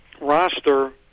roster